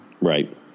Right